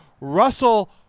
Russell